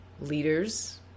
leaders